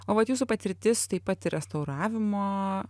o vat jūsų patirtis taip pat ir restauravimo